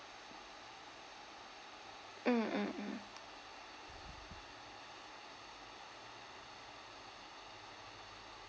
mm mm mm